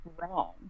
wrong